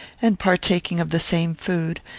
and partaking of the same food,